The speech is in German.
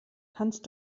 kannst